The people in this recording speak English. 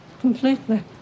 Completely